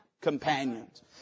Companions